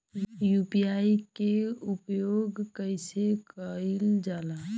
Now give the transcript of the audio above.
UPI के उपयोग कइसे कइल जाला?